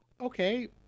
okay